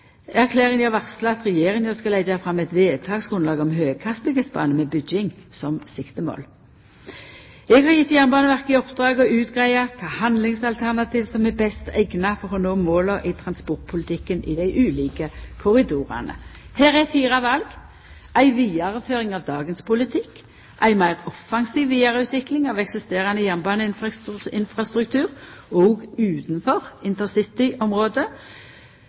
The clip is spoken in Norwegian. Eg har gjeve Jernbaneverket i oppdrag å utgreia kva handlingsalternativ som er best eigna for å nå måla i transportpolitikken i dei ulike korridorane. Her er fire val: ei vidareføring av dagens politikk ei meir offensiv vidareutvikling av eksisterande jernbaneinfrastruktur, òg utanfor intercityområdet høgfartskonsept som dels byggjer på eksisterande nett og